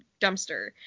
dumpster